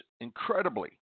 incredibly